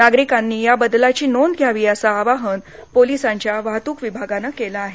नागरिकांनी या बदलांची नोंद घ्यावी असं आवाहन पोलिसांच्या वाहतूक विभागानं केलं आहे